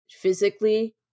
physically